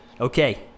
Okay